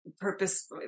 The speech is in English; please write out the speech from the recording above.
purpose